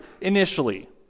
initially